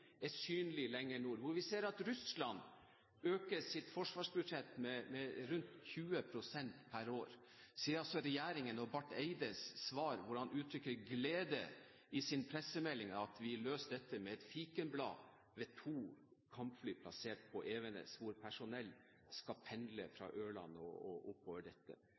er synlig lenger nord, og at Russland øker sitt forsvarsbudsjett med rundt 20 pst. per år. Regjeringens og Barth Eides svar er å uttrykke glede i sin pressemelding over at vi løser dette med et fikenblad i form av to kampfly plassert på Evenes, hvor personell skal pendle fra Ørland og oppover til Evenes. Dette